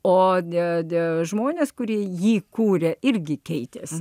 o dėde žmones kurie jį kūrė irgi keitėsi